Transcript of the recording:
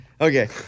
Okay